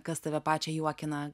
kas tave pačią juokina